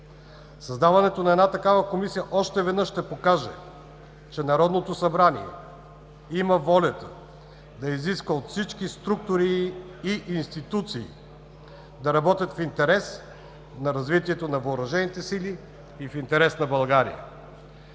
Създаването на такава Комисия още веднъж ще покаже, че Народното събрание има волята да изисква от всички структури и институции да работят в интерес на развитието на въоръжените сили и в интерес на България.